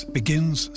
begins